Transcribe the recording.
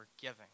giving